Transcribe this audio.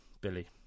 Billy